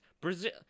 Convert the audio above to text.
Brazil